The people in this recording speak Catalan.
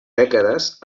dècades